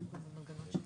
ישי